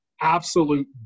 absolute